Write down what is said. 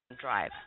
drive